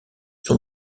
son